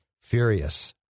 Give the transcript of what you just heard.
furious